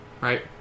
Right